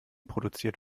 produziert